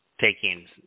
taking